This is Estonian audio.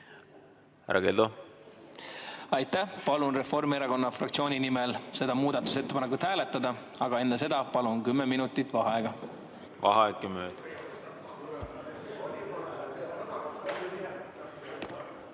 Härra Keldo. Aitäh! Palun Reformierakonna fraktsiooni nimel seda muudatusettepanekut hääletada, aga enne seda palun kümme minutit vaheaega. Vaheaeg kümme